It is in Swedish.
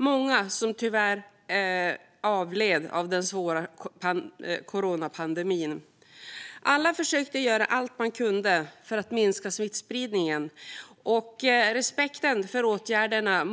Många av dem avled tyvärr i den svåra coronapandemin. Alla försökte göra allt de kunde för att minska smittspridningen, och det fanns stor respekt för åtgärderna